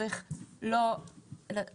צריך לומר